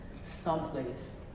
someplace